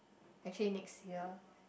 actually next year